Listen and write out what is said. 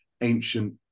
ancient